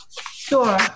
Sure